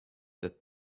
the